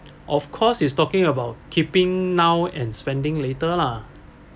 of course it's talking about keeping now and spending later lah